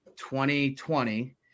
2020